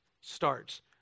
starts